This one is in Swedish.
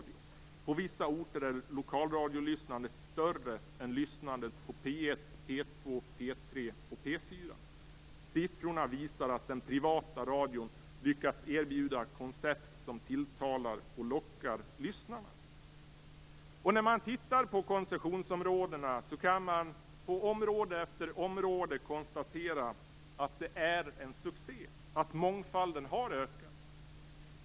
På vissa orter är lokalradiolyssnandet större än lyssnandet på P 1, P 2, P 3 och P 4. Siffrorna visar att den privata radion lyckats erbjuda koncept som tilltalar och lockar lyssnarna. När man tittar på koncessionsområdena kan man på område efter område konstatera att det är en succé, att mångfalden har ökat.